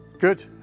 Good